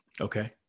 Okay